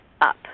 up